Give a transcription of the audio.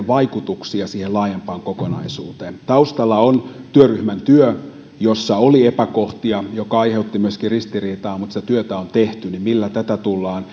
vaikutuksia siihen laajempaan kokonaisuuteen taustalla on työryhmän työ jossa oli epäkohtia ja joka aiheutti myöskin ristiriitaa mutta sitä työtä on tehty millä tätä tullaan